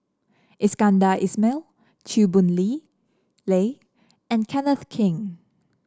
Iskandar Ismail Chew Boon Lee Lay and Kenneth Keng